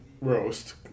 roast